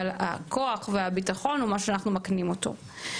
אבל הכוח והביטחון הוא מה שאנחנו מקנים אותו.